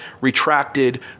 retracted